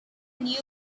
new